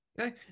Okay